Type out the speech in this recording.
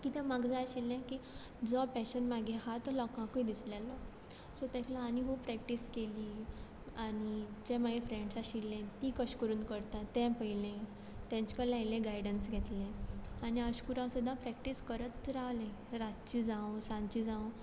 किद्या म्हाका जाय आशिल्लें की जो पॅशन म्हागे आसा तो लोकांकूय दिसलेलो सो तेका लागून आनी खूब प्रॅक्टीस केली आनी जे म्हागे फ्रेंड्स आशिल्ली ती कितें करून करता तें पयलें तेंच्या कडल्यान इल्लें गायडन्स घेतलें आनी अशें करून हांव सदां प्रॅक्टीस करत रावलें रातचे जावं सांजचें जावं